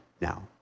now